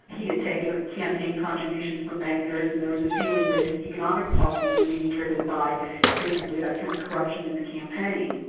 he had taken campaign contributions from bankers and there was a feeling that his economic polices were being driven by basically that kind of corruption in the campaign.